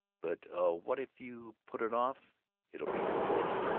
but what if you put it off it'll be too late.